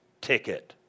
ticket